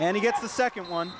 and he gets the second one